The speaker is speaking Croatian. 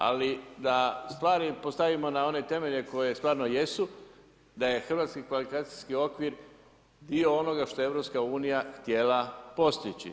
Ali, da stvari postavimo na one temelje koje stvarno jesu, da je hrvatski kvalifikacijski okvir dio onoga što je EU htjela postići.